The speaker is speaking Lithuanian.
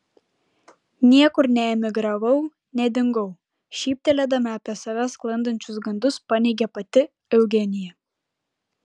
niekur neemigravau nedingau šyptelėdama apie save sklandančius gandus paneigė pati eugenija